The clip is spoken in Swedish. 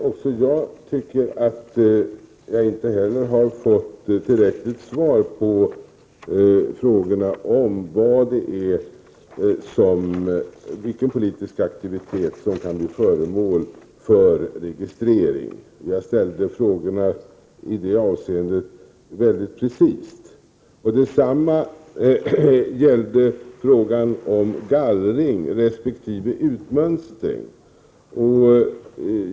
Herr talman! Inte heller jag tycker att jag har fått tillräckliga svar på frågorna om vilken politisk aktivitet som kan bli föremål för registrering. Jag ställde frågorna i det avseendet mycket precist. Detsamma gällde frågan om gallring resp. utmönstring.